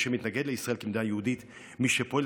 משום כך,